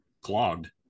clogged